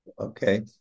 Okay